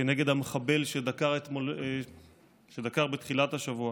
כנגד המחבל שדקר בתחילת השבוע